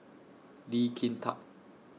Lee Kin Tat